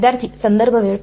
विद्यार्थीः